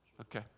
Okay